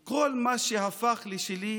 / כל מה שהפך לשלי,